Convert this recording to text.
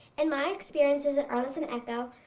and my experiences at arlington echo,